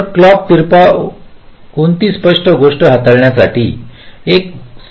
तर क्लॉक तिरपी कोणती स्पष्ट गोष्ट हाताळण्यासाठी एक स्पष्ट दृष्टिकोन असू शकते